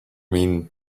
mean